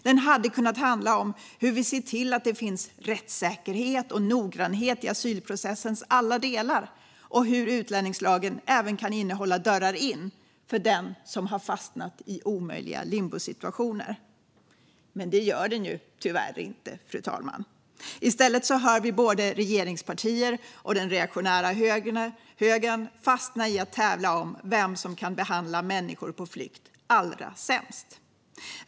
Den hade kunnat handla om hur vi ser till att det finns rättssäkerhet och noggrannhet i asylprocessens alla delar och hur utlänningslagen även kan innehålla dörrar in för den som har fastnat i omöjliga limbosituationer. Men det gör den tyvärr inte, fru talman. I stället har både regeringspartier och den reaktionära högern fastnat i att tävla om vem som kan behandla människor på flykt allra sämst.